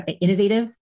innovative